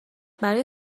برای